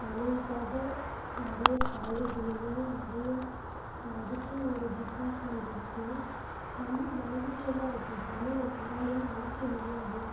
தமிழுக்காக நிறைய காலேஜூலேயுமே நிறைய அதுக்குன்னு ஒரு டிபார்ட்மெண்ட்டு இருக்குது தமிழ் வளர்ந்துட்டே தான் இருக்கும் தமிழை யாராலேயுமே அழிக்க முடியாது